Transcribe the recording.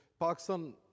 Pakistan